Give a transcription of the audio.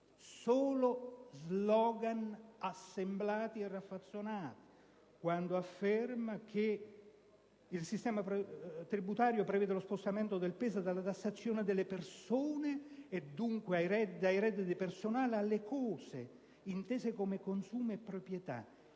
solo slogan assemblati e raffazzonati quando afferma che il sistema tributario prevede lo spostamento del peso dalla tassazione delle persone e dunque dai redditi personali alle cose, intese come consumo e proprietà,